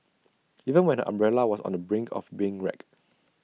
even when umbrella was on the brink of being wrecked